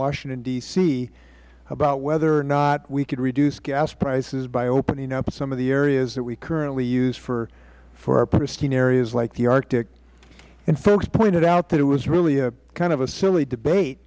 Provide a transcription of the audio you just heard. washington d c about whether or not we could reduce gas prices by opening up some of the areas that we currently use for our pristine areas like the arctic and folks pointed out that it was really a kind of a silly debate